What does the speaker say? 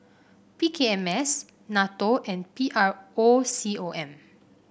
P K M S NATO and P R O C O M